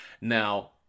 Now